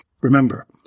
Remember